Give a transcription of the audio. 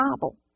Bible